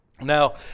Now